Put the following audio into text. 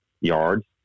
yards